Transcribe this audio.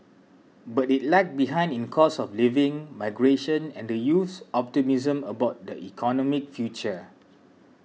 but it lagged behind in cost of living migration and the youth's optimism about their economic future